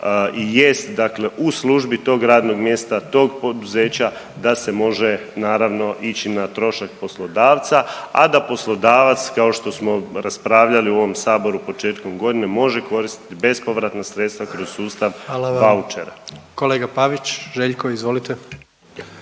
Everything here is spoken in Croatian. i jest u službi tog radnog mjesta tog poduzeća da se može naravno ići na trošak poslodavca, a da poslodavac kao što smo raspravljali u ovom saboru početkom godine može koristiti bespovratna sredstva kroz sustav vaučera. **Jandroković,